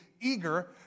eager